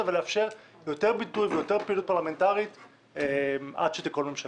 הזה ולאפשר יותר ביטוי ויותר פעילות פרלמנטרית עד שתיכון ממשלה,